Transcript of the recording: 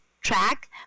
track